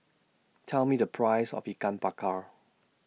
Tell Me The Price of Ikan Bakar